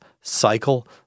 cycle